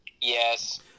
Yes